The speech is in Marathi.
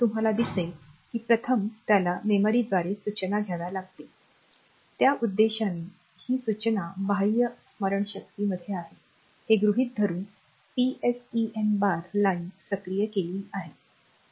तर तुम्हाला दिसेल की प्रथम त्याला मेमरीद्वारे सूचना घ्याव्या लागतील त्या उद्देशाने ही सूचना बाह्य स्मरणशक्तीमध्ये आहे हे गृहित धरून PSEN बार लाइन सक्रिय केली आहे